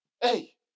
Hey